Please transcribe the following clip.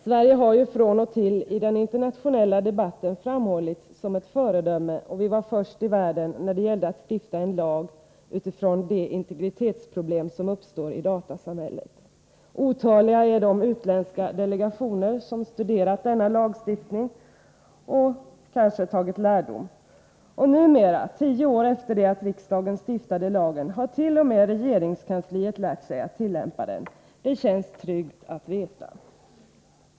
Sverige har ju från och till i den internationella debatten framhållits som ett föredöme, och vi var först i världen med att stifta en lag med utgångspunkt i de integritetsproblem som uppstår i datasamhället. Otaliga är de utländska delegationer som studerat denna lagstiftning och kanske tagit lärdom. Och numera -— tio år efter det att riksdagen stiftade lagen hart.o.m. regeringskansliet lärt sig tillämpa den. Det känns tryggt att veta.